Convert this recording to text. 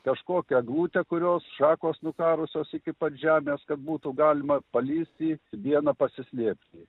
kažkokią eglutę kurios šakos nukarusios iki pat žemės kad būtų galima palįsti i dieną pasislėpti